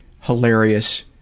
hilarious